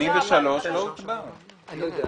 על 83 עוד לא הצבענו.